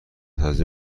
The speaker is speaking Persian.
سبزی